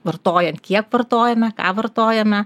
vartojant kiek vartojame ką vartojame